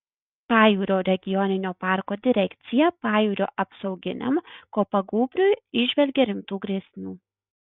pajūrio regioninio parko direkcija pajūrio apsauginiam kopagūbriui įžvelgia rimtų grėsmių